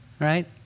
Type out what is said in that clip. right